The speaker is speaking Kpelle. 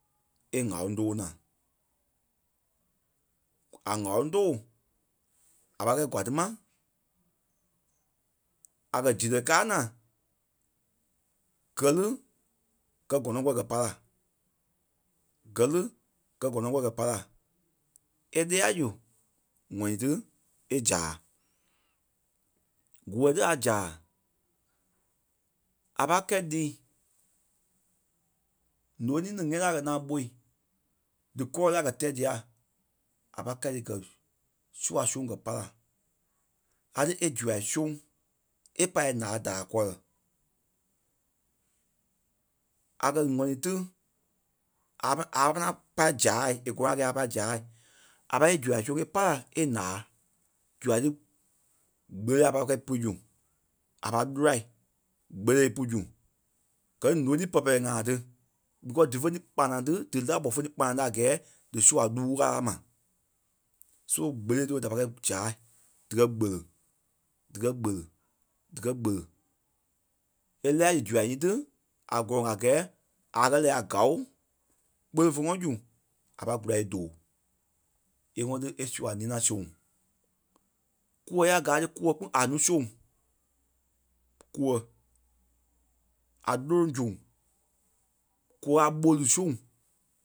e ŋ̀áloŋ dóo naa. A ŋ̀áloŋ tóo a pai kɛi kwaa tí ma, a kɛ̀ zirɛ káa naa gɛ ni gɛ́ gɔnɔŋ kɔri gɛ pai la. Gɛ́ lí gɛ gɔnɔŋ kɔri gɛ pai la. E lɛ́ɛ la zu ŋɔni tí e zaa. Kûɛ tí a zaa a pai kɛi lii. Nônii ní ŋɛ́i a kɛ́ naa bôi dí kɔɔ tí a kɛ̀ tɛ̀ día a pai kɛi tí gɛ sua soŋ gɛ pai la. A lí e zua soŋ e pai la e ǹaa daai kɔlɔ. A kɛ̀ ŋɔni tí a ma a ka ŋaŋ pai zâai e gɔlɔŋ a gɛɛ a pâi zaa. A pâi zua sônii e pai la e ǹaa. Zua tí kpêle a pai kɛi pui zu. A pai lúla kpêle e pú zu. Gɛ ni nônii pɛlɛ-pɛlɛɛ ŋai tí because dífe ní kpanaŋ tí dí lá-gbɔ fé ni kpanaŋ tí a gɛɛ dí zua lúu ɣala ma. So kpêle ti ɓé da pai kɛi zaa, díkɛ gbele. Díkɛ gbele. E lɛ́ɛ laa zu zua nyíti tí a gɔlɔŋ a gɛɛ a kɛ̀ lɛ́ɛ a gao kpêle fé ŋɔnɔ zu a pai kula e dóo. E ŋɔnɔ lí e sua ninai soŋ. Kûɛ ya gáa ti kûɛ kpîŋ a núu soŋ. Kûɛ a lòloŋ zoŋ. Kûɛ a ɓóli soŋ